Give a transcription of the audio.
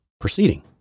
proceeding